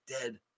dead